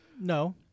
no